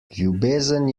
ljubezen